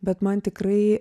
bet man tikrai